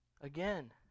again